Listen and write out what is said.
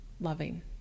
loving